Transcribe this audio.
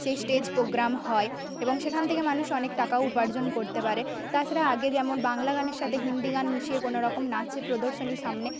সেই stage programme হয় এবং সেখান থেকে মানুষ অনেক টাকাও উপার্জন করতে পারে তাছাড়া আগে যেমন বাংলা গানের সাথে হিন্দি গান মিশিয়ে কোনোরকম নাচ প্রদর্শনী সামনে